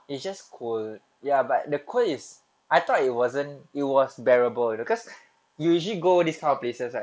you just cool ya but the coat is I thought it wasn't it was bearable because usually go this kind of places lah